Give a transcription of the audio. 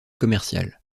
commercial